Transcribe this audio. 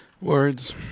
Words